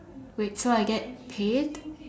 wait so I get paid